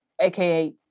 AKA